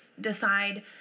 decide